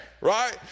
right